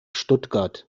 stuttgart